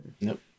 nope